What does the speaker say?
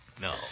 No